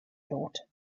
thought